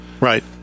Right